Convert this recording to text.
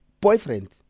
boyfriend